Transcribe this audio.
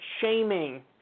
shaming